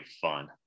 fun